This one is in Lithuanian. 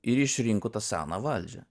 ir išrinko tą seną valdžią